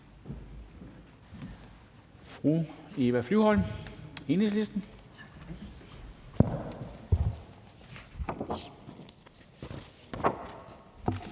Fru Eva Flyvholm, Enhedslisten.